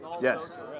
Yes